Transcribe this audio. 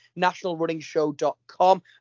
nationalrunningshow.com